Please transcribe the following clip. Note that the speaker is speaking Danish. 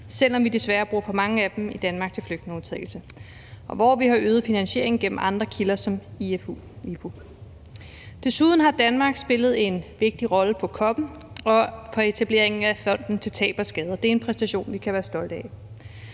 selv om vi desværre bruger for mange af pengene til flygtningemodtagelse, og hvor vi har øget finansieringen gennem andre kilder som IFU. Desuden har Danmark spillet en vigtig rolle i COP'en og i etableringen af fonden til tab og skader. Det er en præstation, vi kan være stolte af.